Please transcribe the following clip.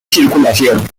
circulación